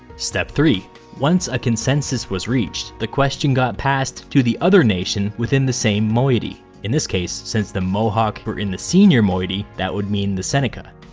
step three once a consensus was reached, the question got passed to the other nation within the same moiety. in this case, since the mohawk were in the senior moiety, that would mean the seneca.